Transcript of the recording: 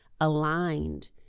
aligned